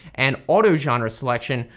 and auto genre selection,